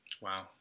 Wow